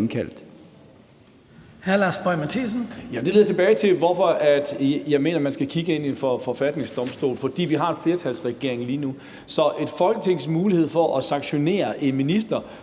Kl. 18:07 Lars Boje Mathiesen (UFG): Det leder tilbage til, hvorfor jeg mener man skal kigge ind i en forfatningsdomstol – det er, fordi vi har en flertalsregering lige nu. Så et Folketings mulighed for at sanktionere en minister,